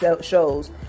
shows